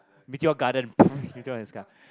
Meteor Garden meteor in the sky